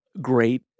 great